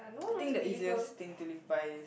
I think the easiest thing to live by is